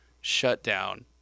shutdown